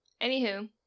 anywho